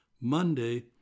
Monday